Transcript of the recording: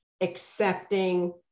accepting